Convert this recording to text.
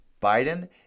Biden